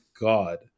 God